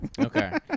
Okay